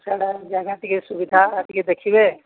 ସିଆଡ଼େ ଜାଗା ଟିକେ ସୁବିଧା ଟିକେ ଦେଖିବେ